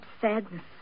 sadness